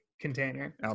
container